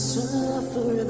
suffer